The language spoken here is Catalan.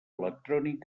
electrònic